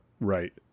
right